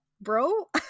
Bro